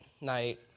night